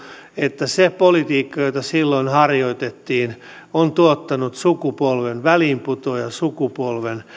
että se politiikka jota silloin harjoitettiin on tuottanut sukupolven väliinputoajasukupolven